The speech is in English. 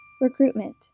Recruitment